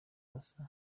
basa